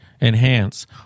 enhance